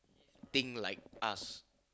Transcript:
think like us